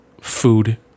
food